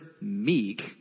meek